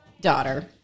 daughter